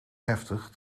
heftig